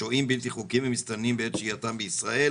שוהים בלתי חוקיים ומסתננים בעת שהייתם בישראל,